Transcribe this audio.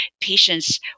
patients